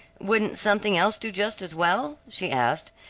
wouldn't something else do just as well? she asked,